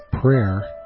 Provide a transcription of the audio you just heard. prayer